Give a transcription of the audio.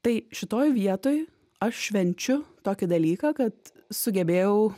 tai šitoj vietoj aš švenčiu tokį dalyką kad sugebėjau